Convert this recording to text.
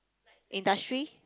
industry